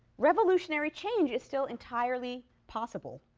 revolutionary change is still entirely possible.